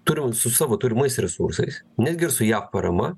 turi su savo turimais resursais netgi ir su jav parama